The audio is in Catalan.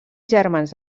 germans